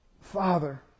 Father